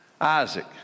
Isaac